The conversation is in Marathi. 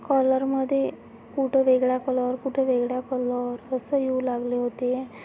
कॉलरमध्ये कुठं वेगळा कलर कुठं वेगळा कलर असं येऊ लागले होते